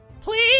please